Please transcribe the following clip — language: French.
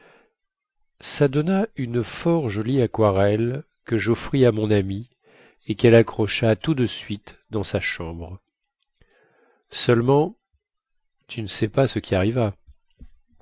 ça donna une fort jolie aquarelle que joffris à mon amie et quelle accrocha tout de suite dans sa chambre seulement tu ne sais pas ce qui arriva